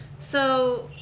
so,